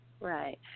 Right